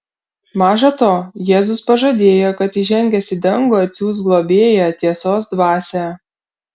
maža to jėzus pažadėjo kad įžengęs į dangų atsiųs globėją tiesos dvasią